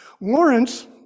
Lawrence